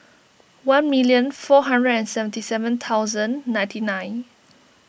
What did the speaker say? one million four hundred and seventy seven thousand ninety nine